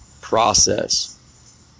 process